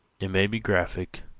it may be graphic,